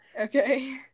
okay